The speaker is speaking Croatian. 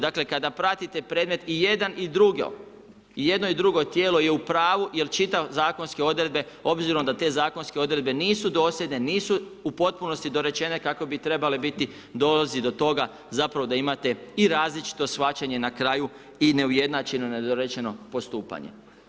Dakle kada pratite predmet i jedan i drugi i jedno i drugo tijelo je u pravu jer čitam zakonske odredbe, obzirom da te zakonske odredbe nisu dosljedne, nisu u potpunosti dorečene kako bi trebale biti dolazi do toga zapravo da imate i različito shvaćanje na kraju i neujednačeno, nedorečeno postupanje.